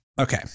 Okay